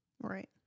Right